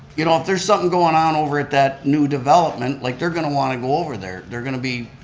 you know if there's something going on over at that new development, like they're going to want to go over there. they're going to be,